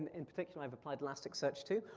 in particular i have applied elasticsearch to.